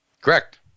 Correct